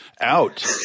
out